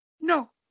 No